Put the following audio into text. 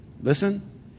listen